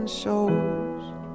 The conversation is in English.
souls